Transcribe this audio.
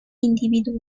individuo